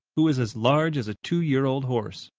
who was as large as a two-year-old horse.